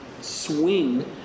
swing